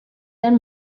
den